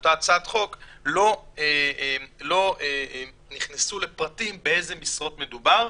באותה הצעת חוק לא נכנסו לפרטים באיזה משרות מדובר,